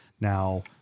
now